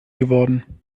geworden